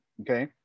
Okay